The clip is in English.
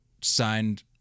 signed